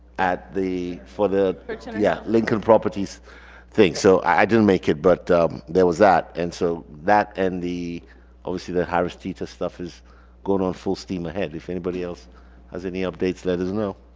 at the for the yeah lincoln properties thing so i didn't make it but there was that and so that and the obviously that harris teeter stuff is going on full steam ahead if anybody else has any updates let us know